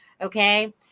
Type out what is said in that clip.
Okay